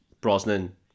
Brosnan